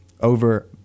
over